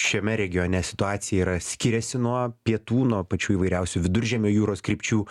šiame regione situacija yra skiriasi nuo pietų nuo pačių įvairiausių viduržemio jūros krypčių